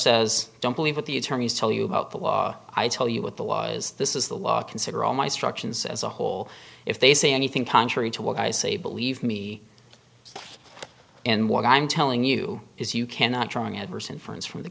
says don't believe what the attorneys tell you about the law i tell you what the law is this is the law consider all my structure as a whole if they say anything contrary to what i say believe me and what i'm telling you is you cannot drawing adverse inference from the